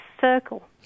circle